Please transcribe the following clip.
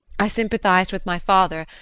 i sympathized with my father,